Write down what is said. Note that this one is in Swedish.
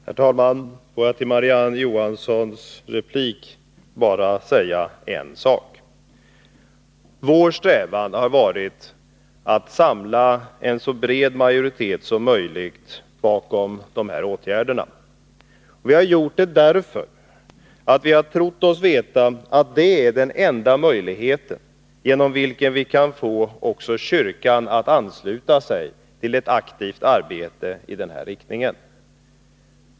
Herr talman! Låt mig till Marie-Ann Johansson säga: Vår strävan har varit att samla en så bred majoritet som möjligt bakom de nu föreslagna åtgärderna. Vi har nämligen trott oss veta att detta är den enda möjligheten genom vilken vi kan få också kyrkan att ansluta sig till ett aktivt arbete i denna riktning.